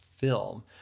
film